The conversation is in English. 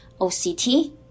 OCT